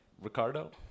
Ricardo